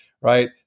right